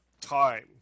time